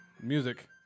Music